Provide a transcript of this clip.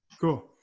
Cool